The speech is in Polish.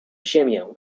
ziemię